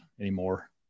anymore